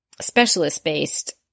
specialist-based